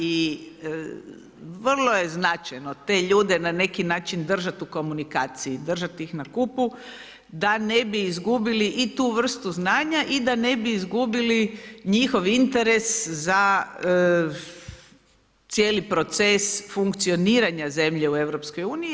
I vrlo je značajno te ljude na neki način držati u komunikaciji, držati ih na kupu da ne bi izgubili i tu vrstu znanja i da ne bi izgubili njihov interes za cijeli proces funkcioniranja zemlje u Europskoj uniji.